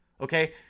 Okay